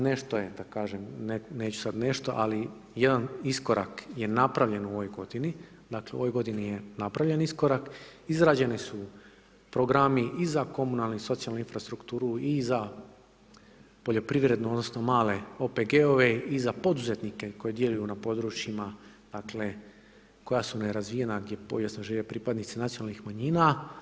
Nešto je da kažem, neću sad nešto, ali jedan iskorak je napravljen u ovoj godini, dakle u ovoj godini je napravljen iskorak, izrađeni su programi i za komunalnu i socijalnu infrastrukturu i za poljoprivrednu odnosno male OPG-e i za poduzetnike koji djeluju na područjima dakle koja su nerazvijena gdje povijesno žive pripadnici nacionalnih manjina.